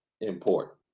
important